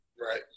Right